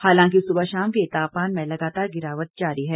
हालांकि सुबह शाम के तापमान में लगातार गिरावट जारी है